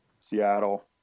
Seattle